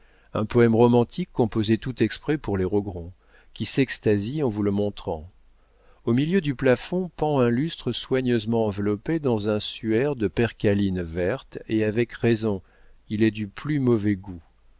un poème romantique composé tout exprès pour les rogron qui s'extasient en vous le montrant au milieu du plafond pend un lustre soigneusement enveloppé dans un suaire de percaline verte et avec raison il est du plus mauvais goût